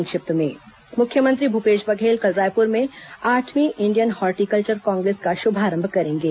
संक्षिप्त समाचार मुख्यमंत्री भूपेश बघेल कल रायपुर में आठवीं इंडियन हार्टीकल्वर कांग्रेस का शुभारंभ करेंगे